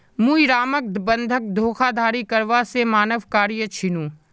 मुई रामक बंधक धोखाधड़ी करवा से माना कर्या छीनु